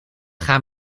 gaan